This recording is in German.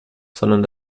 sondern